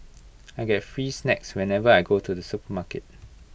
I get free snacks whenever I go to the supermarket